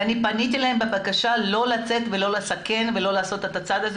אני פניתי אליהם בבקשה לא לצאת ולעשות את הצעד הזה